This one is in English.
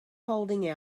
holding